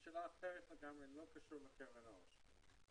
זו שאלה אחרת לגמרי לא קשורה לקרן העושר.